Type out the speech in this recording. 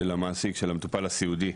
של המעסיק המטופל הסיעודי,